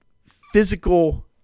physical